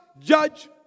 judge